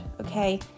okay